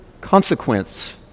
consequence